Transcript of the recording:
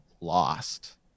lost